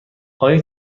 آیا